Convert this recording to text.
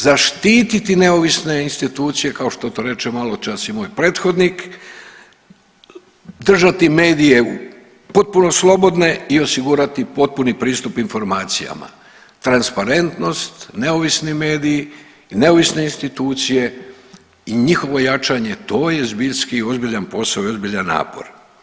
Zaštititi neovisne institucije kao što to reče maločas i moj prethodnik, držati medije potpuno slobodne i osigurati potpuni pristup informacijama, transparentnost, neovisni mediji, neovisne institucije i njihovo jačanje to je zbiljski ozbiljan posao i ozbiljan napor.